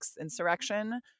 insurrection